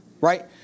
right